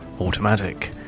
Automatic